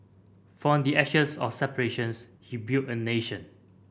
from the ashes of separations he built a nation